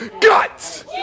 guts